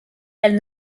elle